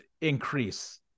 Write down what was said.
increase